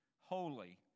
holy